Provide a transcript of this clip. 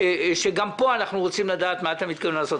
שגם פה אנחנו רוצים לדעת מה אתה מתכוון לעשות.